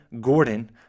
Gordon